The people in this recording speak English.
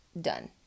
done